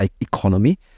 economy